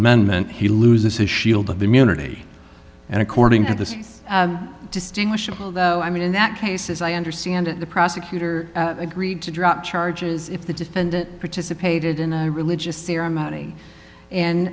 amendment he loses his shield of immunity and according to the distinguished i mean in that case as i understand it the prosecutor agreed to drop charges if the defendant participated in a religious ceremony and